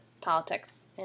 politics